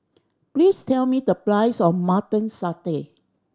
please tell me the price of Mutton Satay